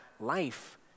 life